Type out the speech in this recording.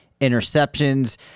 interceptions